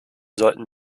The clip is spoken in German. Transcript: sollten